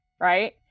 right